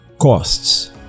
costs